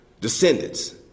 descendants